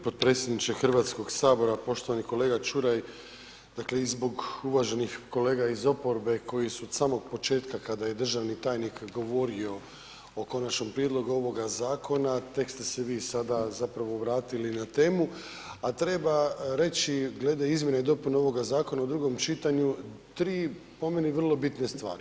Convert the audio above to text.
Potpredsjedniče Hrvatskog sabora, poštovani kolega Čuraj, dakle i zbog uvaženih kolega iz oporbe koji su od samog početka kada je državni tajnik govorio o konačnom prijedlogu ovoga zakona tek ste se vi sada zapravo vratili na temu, a treba reći glede izmjene i dopune ovoga zakona u drugom čitanju tri po meni vrlo bitne stvari.